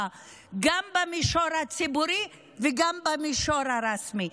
גם במישור הציבורי וגם במישור הרשמי.